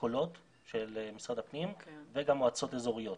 אשכולות של משרד הפנים וגם מועצות אזוריות.